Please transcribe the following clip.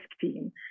team